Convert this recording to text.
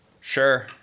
Sure